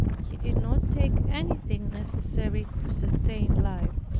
he did not take anything necessary to sustain life.